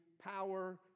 power